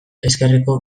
ezkerreko